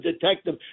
detective